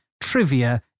trivia